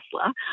Tesla